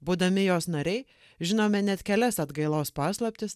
būdami jos nariai žinome net kelias atgailos paslaptis